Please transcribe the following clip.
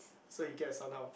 so he get a son how